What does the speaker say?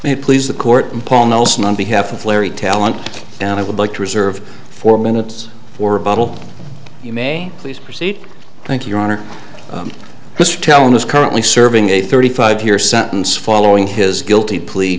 you please the court and paul nelson on behalf of larry talent and i would like to reserve four minutes for a bottle you may please proceed thank you your honor just tell me is currently serving a thirty five year sentence following his guilty plea